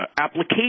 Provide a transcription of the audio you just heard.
application